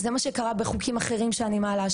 זה מה שקרה בחוקים אחרים שאני מעלה,